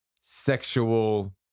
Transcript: sexual